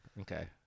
Okay